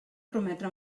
prometre